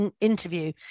interview